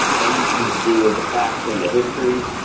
anything to do with the past and the history